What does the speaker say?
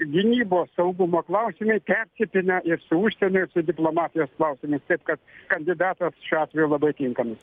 gynybos saugumo klausimai persipina ir su užsienio ir su diplomatijos klausimais taip kad kandidatas šiuo atveju labai tinkamas